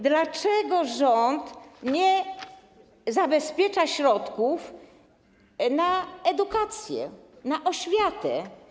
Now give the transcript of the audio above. Dlaczego rząd nie zabezpiecza środków na edukację, na oświatę?